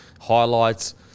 highlights